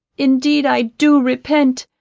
indeed i do repent,